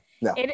No